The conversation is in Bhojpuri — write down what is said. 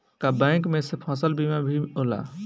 का बैंक में से फसल बीमा भी होला?